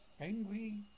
Angry